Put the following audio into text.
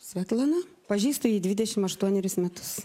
svetlana pažįstu jį dvidešimt aštuonerius metus